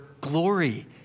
glory